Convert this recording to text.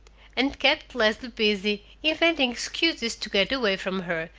and kept leslie busy inventing excuses to get away from her,